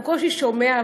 והוא בקושי שומע,